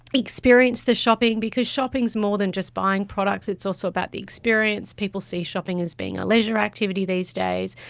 experience the shopping, because shopping is more than just buying products, it's also about the experience. people see shopping as being a leisure activity these days.